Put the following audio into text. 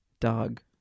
dog